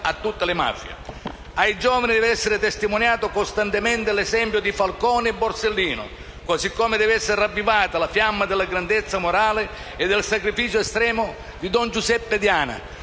Ai giovani deve essere testimoniato costantemente l'esempio di Falcone e Borsellino, così come deve esse ravvivata la fiamma della grandezza morale e del sacrificio estremo di don Giuseppe Diana.